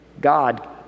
God